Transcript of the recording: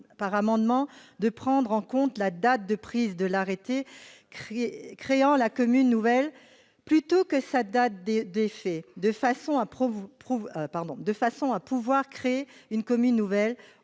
par amendement, de prendre en compte la date de prise de l'arrêté créant la commune nouvelle plutôt que sa date d'effet, afin de pouvoir créer une commune nouvelle